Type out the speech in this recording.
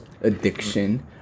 addiction